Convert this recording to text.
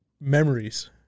memories